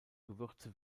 gewürze